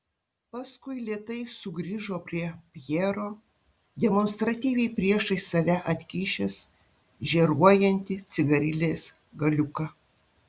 paskui lėtai sugrįžo prie pjero demonstratyviai priešais save atkišęs žėruojantį cigarilės galiuką